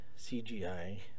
CGI